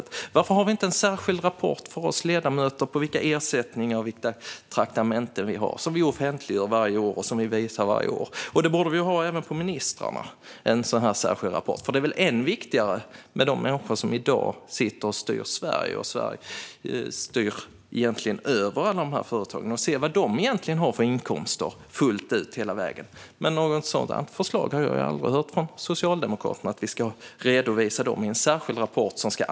Varför har vi inte en särskild rapport som offentliggörs varje år om vilka ersättningar och traktamenten vi ledamöter har? En sådan särskild rapport borde vi ha även när det gäller ministrar, för det är väl ännu viktigare att fullt ut och hela vägen se vad de som i dag styr Sverige, och därmed egentligen också styr över alla de här företagen, har för inkomster. Något sådant förslag har jag dock aldrig hört från Socialdemokraterna.